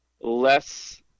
less